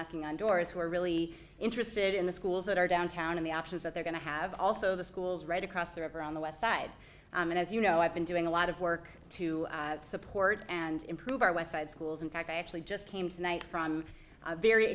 knocking on doors who are really interested in the schools that are downtown in the options that they're going to have also the schools right across the river on the west side and as you know i've been doing a lot of work to support and improve our website schools in fact i actually just came tonight from a very